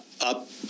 Up